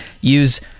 use